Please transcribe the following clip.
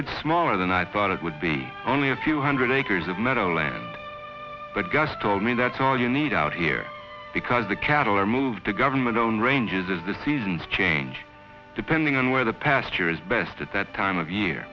it's smaller than i thought it would be only a few hundred acres of meadowland but gus told me that's all you need out here because the cattle are moved to government owned ranges as the seasons change depending on where the pasture is best at that time of year